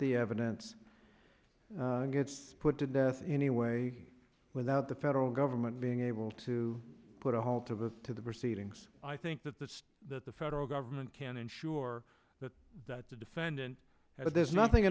the evidence gets put to death anyway without the federal government being able to put a halt of it to the proceedings i think that the that the federal government can ensure that that the defendant that there's nothing